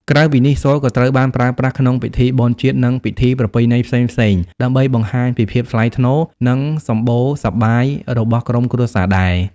ក្រៅពីនេះ សូត្រក៏ត្រូវបានប្រើប្រាស់ក្នុងពិធីបុណ្យជាតិ និងពិធីប្រពៃណីផ្សេងៗដើម្បីបង្ហាញពីភាពថ្លៃថ្នូរ និងសម្បូរសប្បាយរបស់ក្រុមគ្រួសារដែរ។